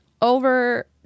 over